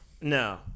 No